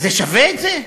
זה שווה את זה?